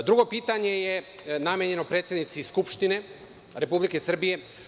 Drugo pitanje je namenjeno predsednici Skupštine Republike Srbije.